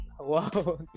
Wow